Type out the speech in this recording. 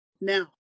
now